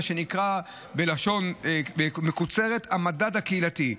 מה שנקרא בלשון מקוצרת "המדד הקהילתי".